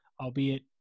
albeit